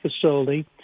Facility